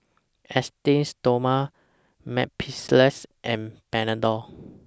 Esteem Stoma Mepilex and Panadol